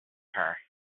her